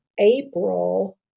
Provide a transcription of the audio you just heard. April